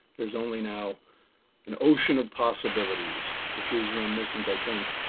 there's only now an ocean of possibilities, which is reminiscent i think,